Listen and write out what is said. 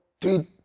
three